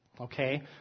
Okay